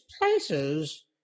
places